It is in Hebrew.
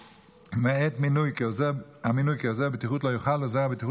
מעת המינוי כעוזר בטיחות לא יוכל עוזר הבטיחות